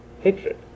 hatred